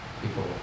people